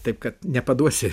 taip kad nepaduosi